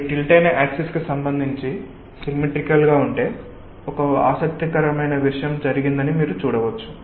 అది టిల్ట్ అయిన యాక్సిస్ కి సంబంధించి సిమ్మెట్రికల్ గా ఉంటే ఒక ఆసక్తికరమైన విషయం జరిగిందని మీరు చూస్తారు